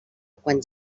quan